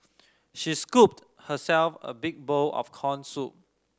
she scooped herself a big bowl of corn soup